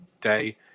day